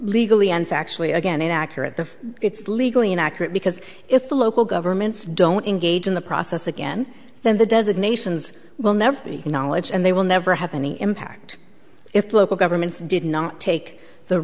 legally and factually again inaccurate the it's legally inaccurate because if the local governments don't engage in the process again then the designations will never be knowledge and they will never have any impact if local governments did not take the